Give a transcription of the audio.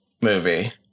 movie